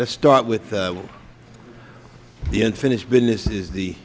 let's start with though the unfinished business is the